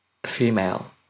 female